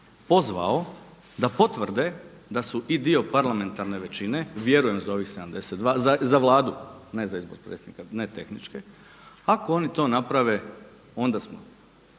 pozvao da potvrde da su i dio parlamentarne većine, vjerujem za ovih 72 za Vladu ne za izbor predsjednika, ne tehničke. Ako oni to naprave onda je